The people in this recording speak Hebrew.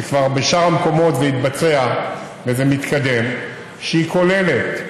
כשבשאר המקומות זה כבר התבצע וזה מתקדם, שכוללת,